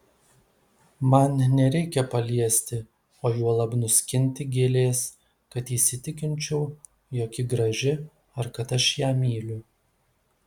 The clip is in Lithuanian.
man nereikia paliesti o juolab nuskinti gėlės kad įsitikinčiau jog ji graži ar kad aš ją myliu